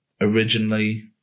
originally